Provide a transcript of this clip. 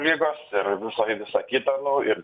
ligos ir visa kita nu ir